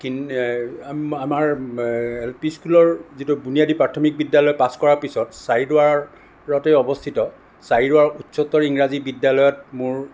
আমাৰ L P স্কুলৰ যিটো বুনিয়াদী প্ৰাথমিক বিদ্য়ালয় পাছ কৰা পিছত চাৰিদুৱাৰতে অৱস্থিত চাৰিদুৱাৰ উচ্চতৰ ইংৰাজী বিদ্য়ালয়ত মোৰ